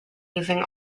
using